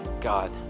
God